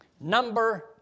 number